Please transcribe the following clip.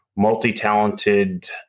multi-talented